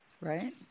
right